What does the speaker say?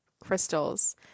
crystals